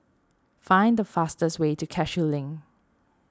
find the fastest way to Cashew Link